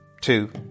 two